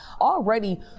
Already